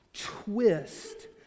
twist